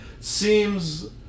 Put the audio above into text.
seems